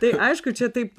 tai aišku čia taip